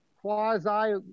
quasi